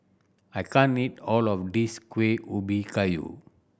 I can't eat all of this Kueh Ubi Kayu